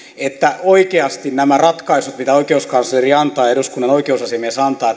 että oikeasti nämä ratkaisut joita oikeuskansleri antaa ja eduskunnan oikeusasiamies antaa